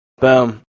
Boom